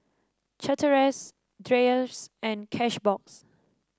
Chateraise Dreyers and Cashbox